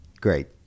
great